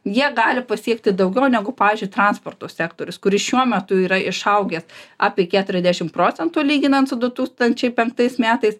jie gali pasiekti daugiau negu pavyzdžiui transporto sektorius kuris šiuo metu yra išaugęs apie keturiasdešim procentų lyginant su du tūkstančiai penktais metais